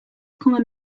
come